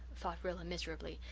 thought rilla miserably,